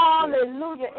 Hallelujah